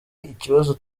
ikibazo